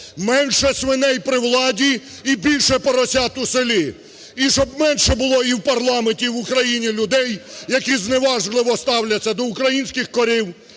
Менше свиней при владі і більше поросят у селі. І щоб менше було і парламенті, і в Україні людей, які зневажливо ставляться до українських корів,